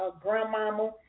grandmama